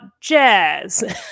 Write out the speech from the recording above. jazz